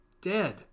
dead